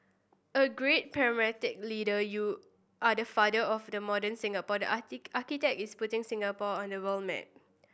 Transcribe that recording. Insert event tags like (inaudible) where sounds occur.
a great pragmatic leader you are the father of the modern Singapore the (unintelligible) architect is putting Singapore on the world map